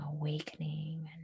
awakening